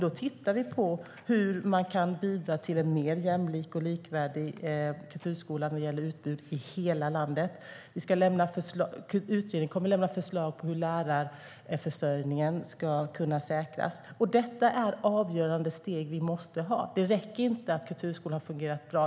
Då tittar vi på hur man kan bidra till en mer jämlik och likvärdig kulturskola när det gäller utbud i hela landet. Utredningen kommer också att lämna förslag på hur lärarförsörjningen ska kunna säkras. Detta är avgörande steg vi måste ha med. Det räcker inte att kulturskolan har fungerat bra.